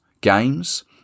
games